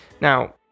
Now